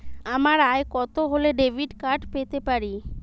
আমার আয় কত হলে ডেবিট কার্ড পেতে পারি?